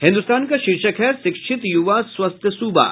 हिन्दुस्तान का शीर्षक है शिक्षित युवा स्वस्थ सूबा